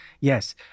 yes